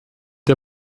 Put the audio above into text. der